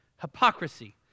hypocrisy